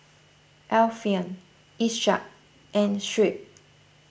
Alfian Ishak and Shuib